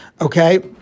OKAY